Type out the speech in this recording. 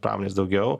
pramonės daugiau